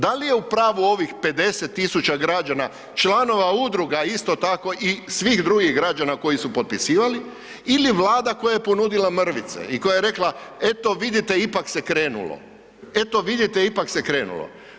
Dal je u pravu ovih 50 000 građana, članova udruga isto tako i svih drugih građana koji su potpisivali ili Vlada koja je ponudila mrvice i koja je rekla, eto vidite ipak se krenulo, eto vidite ipak se krenulo.